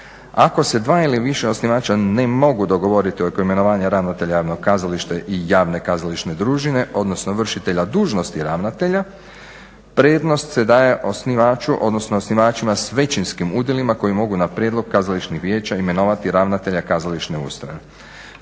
Ako se dva ili više osnivača ne mogu dogovoriti oko imenovanja ravnatelja javnog kazališta i javne kazališne družine, odnosno vršitelja dužnosti ravnatelja, prednost se daje osnivaču odnosno osnivačima s većinskim udjelima koji mogu na prijedlog kazališnih vijeća imenovati ravnatelja kazališne ustanove.